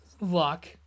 luck